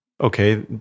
Okay